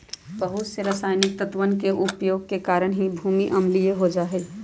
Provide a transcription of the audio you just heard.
बहुत से रसायनिक तत्वन के उपयोग के कारण भी भूमि अम्लीय हो जाहई